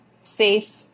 safe